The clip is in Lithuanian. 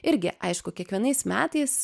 irgi aišku kiekvienais metais